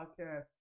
podcast